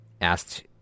asked